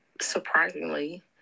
surprisingly